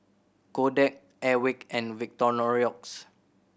Kodak Airwick and Victorinox